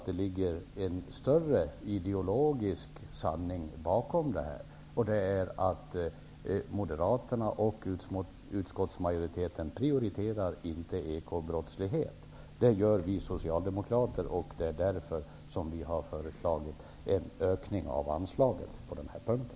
Det ligger också en större ideologisk sanning bakom detta, vilken är att Moderaterna och utskottsmajoriteten inte prioriterar ekobrottslighet. Det gör vi socialdemokrater, och det är därför som vi har föreslagit en ökning av anslagen på den här punkten.